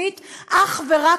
ואני מקווה שנעשה עוד הרבה יותר,